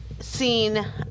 Seen